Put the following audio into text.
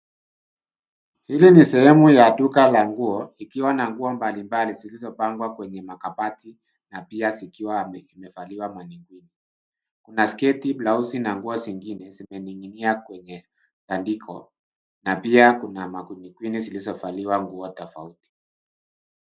Hili ni sehemu ya duka la nguo ikiwa na nguo mbalimbali zilizopangwa kwenye makabati na pia zikiwa imevaliwa mannequin . Kuna sketi, blauzi na nguo zingine zimening'inia kwenye tandiko na pia kuna mannequin zilizovaliwa nguo tofauti.